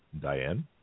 Diane